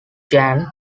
jan